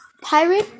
Pirate